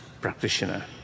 practitioner